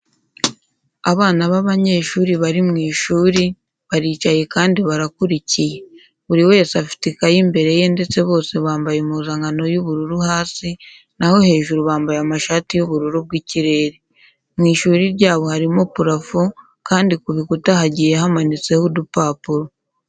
Abana b'abanyeshuri bari mu ishuri, baricaye kandi barakurikiye. Buri wese afite ikayi imbere ye ndetse bose bambaye impuzankano y'ubururu hasi, naho hejuru bambaye amashati y'ubururu bw'ikirere. Mu ishuri ryabo harimo purafo kandi ku bikuta hagiye hamanitseho udupapuro.